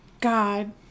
God